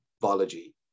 biology